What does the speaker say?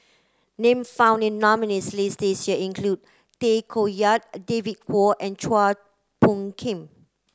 names found in the nominees' list this year include Tay Koh Yat a David Kwo and Chua Phung Kim